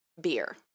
beer